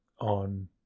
on